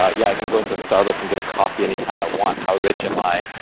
ah yeah, i can go into a starbucks and get a coffee any time i want. how rich am i?